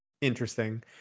interesting